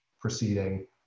proceeding